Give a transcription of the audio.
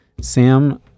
Sam